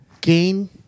Gain